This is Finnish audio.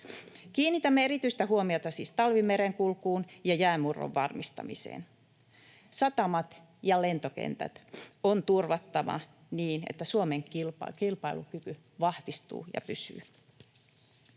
Kiinnitämme erityistä huomiota siis talvimerenkulkuun ja jäänmurron varmistamiseen. Satamat ja lentokentät on turvattava niin, että Suomen kilpailukyky vahvistuu ja pysyy.